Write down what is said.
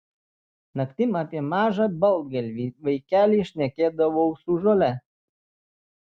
naktim apie mažą baltgalvį vaikelį šnekėdavau su žole